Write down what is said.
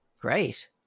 Great